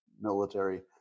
military